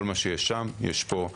כל מה שיש שם, יש פה.